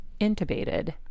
intubated